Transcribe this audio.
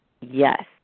yes